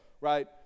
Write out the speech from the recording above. right